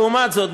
לעומת זאת,